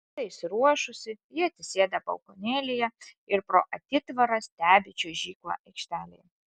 visa tai suruošusi ji atsisėda balkonėlyje ir pro atitvarą stebi čiuožyklą aikštelėje